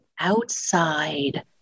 outside